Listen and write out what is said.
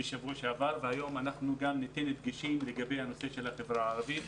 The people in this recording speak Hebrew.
והיום אנחנו ניתן הדגשים לגבי הנושא של החברה הערבית.